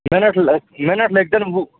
minute لٔگۍ minute لٔگۍتَن وُہ